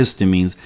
histamines